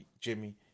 Jimmy